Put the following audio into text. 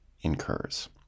incurs